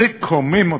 זה קומם אותי.